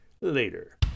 later